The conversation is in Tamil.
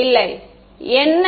ஆமாம் இல்லை என்ன